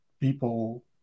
people